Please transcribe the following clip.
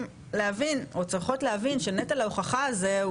להבין או צריכות להבין שנטל ההוכחה הזה,